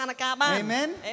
Amen